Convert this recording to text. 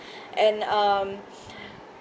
and um